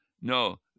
no